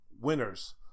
winners